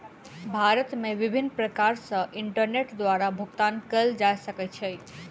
भारत मे विभिन्न प्रकार सॅ इंटरनेट द्वारा भुगतान कयल जा सकै छै